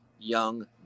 young